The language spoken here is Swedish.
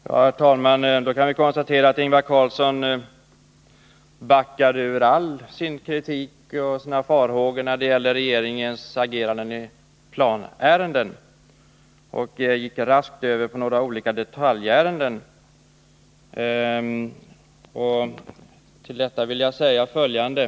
Herr talman! Vi kan konstatera att Ingvar Carlsson backade från all sin kritik och sina farhågor när det gäller regeringens agerande med planärenden och raskt gick över till några olika detaljärenden. Till detta vill jag säga följande.